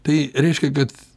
tai reiškia kad